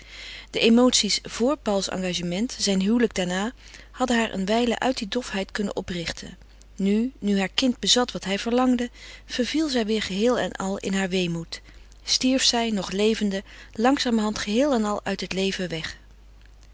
de emoties vor pauls engagement zijn huwelijk daarna hadden haar een wijle uit die dofheid kunnen oprichten nu nu haar kind bezat wat hij verlangde verviel zij weder geheel en al in haren weemoed stierf zij nog levend langzamerhand geheel en al uit het leven weg